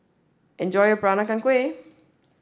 enjoy your Peranakan Kueh